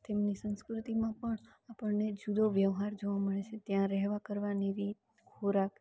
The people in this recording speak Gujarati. તેમની સંસ્કૃતિમાં પણ આપણને જુદો વ્યવહાર જોવા મળે છે ત્યા રહેવા કરવાની રીત ખોરાક